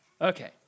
Okay